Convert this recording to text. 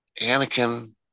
Anakin